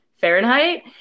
Fahrenheit